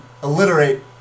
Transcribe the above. alliterate